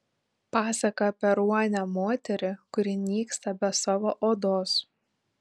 pasaka apie ruonę moterį kuri nyksta be savo odos